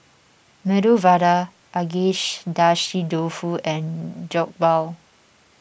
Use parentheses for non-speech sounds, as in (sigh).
Medu Vada (unintelligible) Dofu and Jokbal